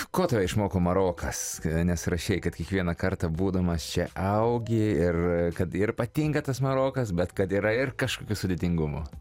ko tave išmoko marokas nes rašei kad kiekvieną kartą būdamas čia augi ir kad ir patinka tas marokas bet kad yra ir kažkokių sudėtingumų